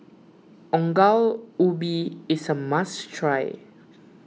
Ongol Ubi is a must try